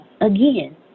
Again